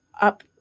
up